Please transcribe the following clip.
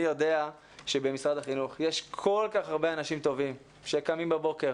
אני יודע שבמשרד החינוך יש כל כך הרבה אנשים טובים שקמים בבוקר